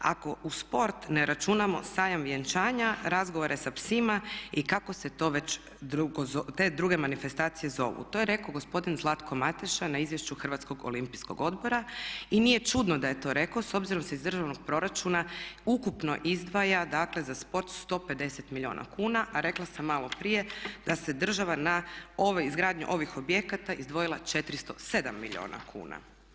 Ako u sport ne računamo sajam vjenčanja, razgovore sa psima i kako se to već te druge manifestacije zovu." To je rekao gospodin Zlatko Mateša na izvješću Hrvatskog olimpijskog odbora i nije čudno da je to rekao s obzirom da se iz državnog proračuna ukupno izdvaja, dakle za sport 150 milijuna kuna, a rekla sam malo prije da se država na izgradnju ovih objekata izdvojila 407 milijuna kuna.